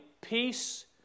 peace